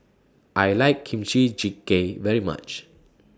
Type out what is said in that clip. I like Kimchi Jjigae very much